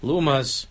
Lumas